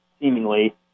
seemingly